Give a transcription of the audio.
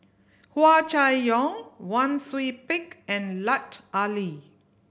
Hua Chai Yong Wang Sui Pick and Lut Ali